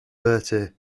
bertie